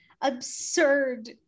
absurd